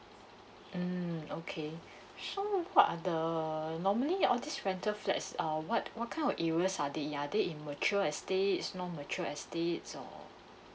mm okay so what are the normally all these rental flats uh what what kind of areas are they in are they in mature estates non mature estates or